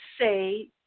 say